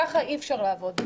ככה אי-אפשר לעבוד.